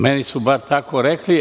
Meni su bar tako rekli.